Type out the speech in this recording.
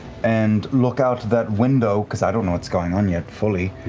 and look out that window, because i don't know what's going on yet fully.